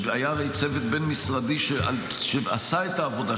הרי היה צוות בין-משרדי שעשה את העבודה,